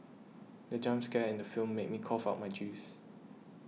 the jump scare in the film made me cough out my juice